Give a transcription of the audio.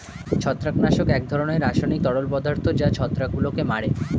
ছত্রাকনাশক এক ধরনের রাসায়নিক তরল পদার্থ যা ছত্রাকগুলোকে মারে